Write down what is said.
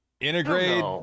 Integrate